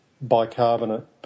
Bicarbonate